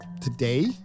today